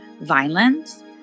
violence